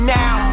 now